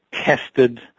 tested